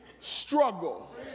struggle